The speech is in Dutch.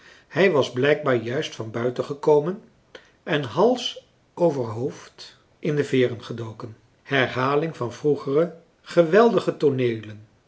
hij was blijkbaar juist van buiten gekomen en hals over hoofd in de veeren gedoken herhaling van vroegere geweldige tooneelen